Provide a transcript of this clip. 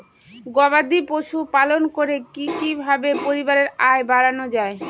গবাদি পশু পালন করে কি কিভাবে পরিবারের আয় বাড়ানো যায়?